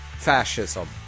fascism